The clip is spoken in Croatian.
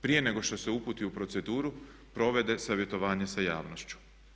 prije nego što se uputi u proceduru provede savjetovanje sa javnošću.